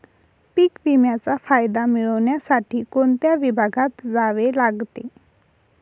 पीक विम्याचा फायदा मिळविण्यासाठी कोणत्या विभागात जावे लागते?